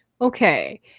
okay